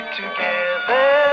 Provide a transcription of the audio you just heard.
together